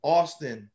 Austin